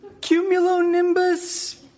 cumulonimbus